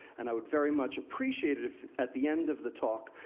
and i would very much appreciate it if at the end of the talk,